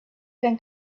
can